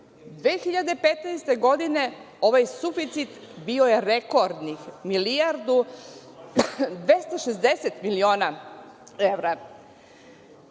2015. godini ovaj suficit bio je rekordni, milijardu i 260 miliona evra,